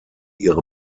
ihre